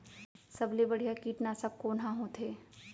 सबले बढ़िया कीटनाशक कोन ह होथे?